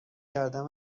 کردن